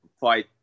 fight